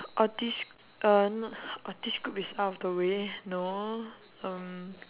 autist g~ uh not autist group is out of the way no uh